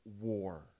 war